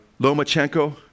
Lomachenko